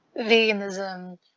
veganism